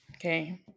okay